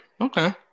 Okay